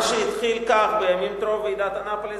מה שהתחיל כך בימים טרום ועידת אנאפוליס,